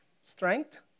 strength